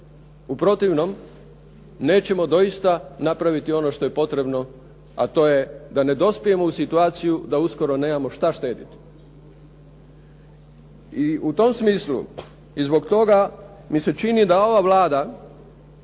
u protivnom nećemo doista napraviti ono što je potrebno a to je da ne dospijemo u situaciju da uskoro nemamo šta štedjeti. I u tom smislu i zbog toga mi se čini da ova Vlada